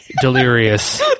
delirious